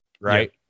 right